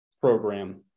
program